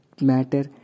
matter